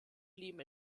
blieben